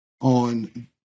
on